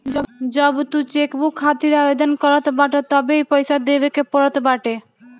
जब तू चेकबुक खातिर आवेदन करत बाटअ तबे इ पईसा देवे के पड़त बाटे